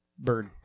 Bird